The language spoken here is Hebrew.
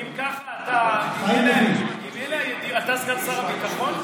שוסטר, שוסטר, אם כך, אתה סגן שר הביטחון?